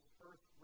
first